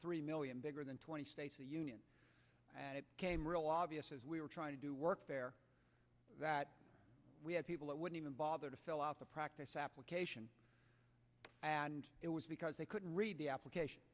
three million bigger than twenty states the union came real obvious as we were trying to do work there that we had people that would even bother to fill out the practice application and it was because they couldn't read the application